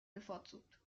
bevorzugt